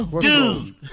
Dude